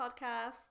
podcast